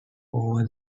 over